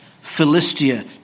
Philistia